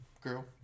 girl